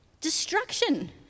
destruction